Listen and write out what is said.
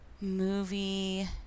movie